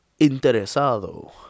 Interesado